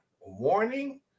warning